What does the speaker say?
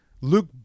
Luke